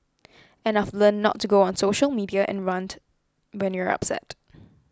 and I've learnt not to go on social media and rant when you're upset